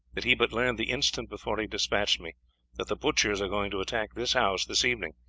that he but learned the instant before he despatched me that the butchers are going to attack this house this evening,